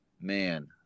man